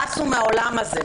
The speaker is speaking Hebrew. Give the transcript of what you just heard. פסו מן העולם הזה,